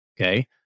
okay